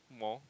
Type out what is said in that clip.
more